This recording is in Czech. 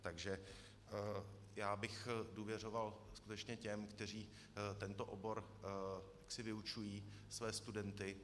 Takže já bych důvěřoval skutečně těm, kteří tento obor vyučují své studenty.